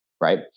Right